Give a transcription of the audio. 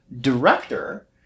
director